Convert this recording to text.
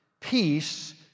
peace